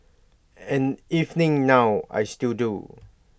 and evening now I still do